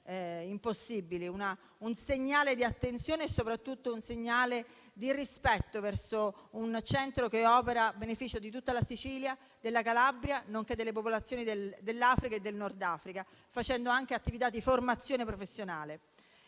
un segnale di attenzione e soprattutto di rispetto verso un centro che opera a beneficio di tutta la Sicilia, della Calabria, nonché delle popolazioni dell'Africa e del Nord Africa, facendo anche attività di formazione professionale.